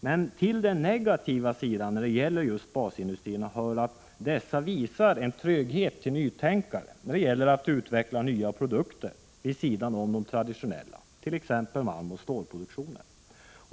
Men till den negativa sidan hos basindustrierna hör att dessa visar en tröghet till nytänkande när det gäller att utveckla nya produkter vid sidan av de traditionella, t.ex. malmoch stålproduktionen.